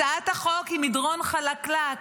הצעת החוק היא מדרון חלקלק.